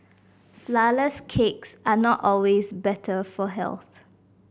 flourless cakes are not always better for health